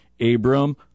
Abram